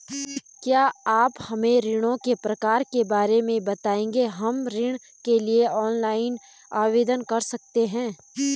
क्या आप हमें ऋणों के प्रकार के बारे में बताएँगे हम ऋण के लिए ऑनलाइन आवेदन कर सकते हैं?